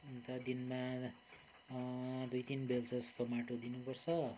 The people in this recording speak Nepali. अन्त दिनमा दुई तिन बेल्चा जस्तो माटो दिनुपर्छ